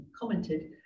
commented